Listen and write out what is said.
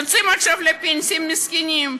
ועכשיו יוצאים לפנסיה מסכנים.